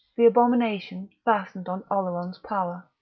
the abomination fastened on oleron's power.